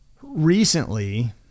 recently